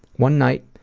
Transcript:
one night,